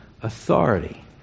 authority